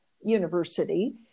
University